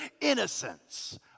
innocence